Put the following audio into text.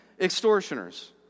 extortioners